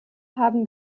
haben